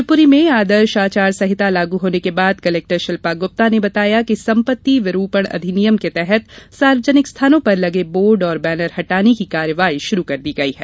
शिवपुरी में आदर्श आचार संहिता लागू होने के बाद कलेक्टर शिल्पा गुप्ता ने बताया कि संपत्ति विरूपण अधिनियम के तहत सार्वजनिक स्थानों पर लगे बोर्ड और बैनर हटाने की कार्यवाही शुरू कर दी है